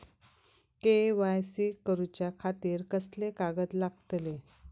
KYC करूच्या खातिर कसले कागद लागतले?